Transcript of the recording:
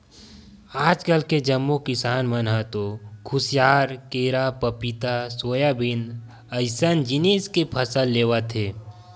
आजकाल के जम्मो किसान मन ह तो खुसियार, केरा, पपिता, सोयाबीन अइसन जिनिस के फसल लेवत हे